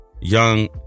young